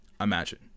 imagine